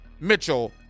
Mitchell